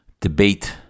debate